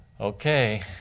Okay